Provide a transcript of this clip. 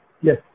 Yes